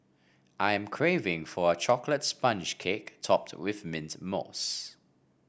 I am craving for a chocolate sponge cake topped with mint mousse